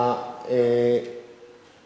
השר בישר שהיתה החלטת